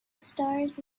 stars